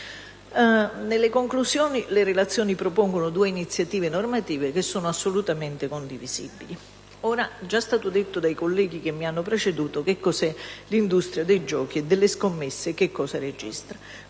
Nelle conclusioni, le relazioni propongono due iniziative normative assolutamente condivisibili. È già stato detto dai colleghi che mi hanno preceduto cosa è l'industria dei giochi e delle scommesse e che cosa registra.